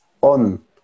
on